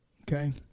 Okay